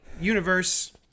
Universe